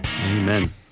Amen